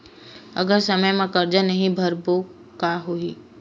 अगर समय मा कर्जा नहीं भरबों का होई?